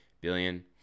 billion